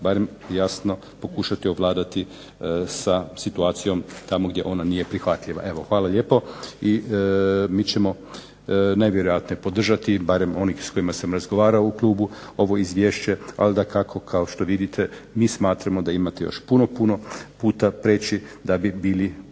barem jasno pokušati ovladati sa situacijom tamo gdje ona nije prihvatljiva. Evo, hvala lijepo. I mi ćemo najvjerojatnije podržati barem oni s kojima sam razgovarao u klubu ovo izvješće, ali dakako kao što vidite mi smatramo da imate još puno, puno puta prijeći da bi bili